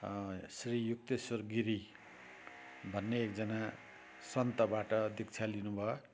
श्री युक्तेश्वर गिरी भन्ने एकजना सन्तबाट दीक्षा लिनु भयो